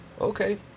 okay